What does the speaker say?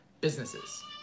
businesses